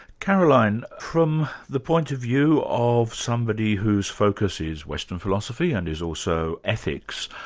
caroline, from the point of view of somebody whose focus is western philosophy and is also ethics,